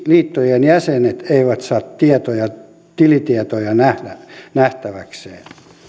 liittojen jäsenet eivät saa tilitietoja nähtäväkseen